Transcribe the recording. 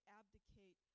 abdicate